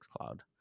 Cloud